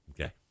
Okay